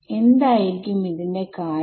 എന്തായിരിക്കും ഇതിന്റെ കാരണം